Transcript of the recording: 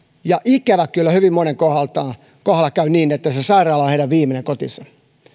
ja ikävä kyllä hyvin monen kohdalla käy niin että se sairaala on heidän viimeinen kotinsa